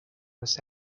was